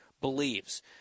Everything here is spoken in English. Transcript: believes